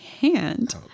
hand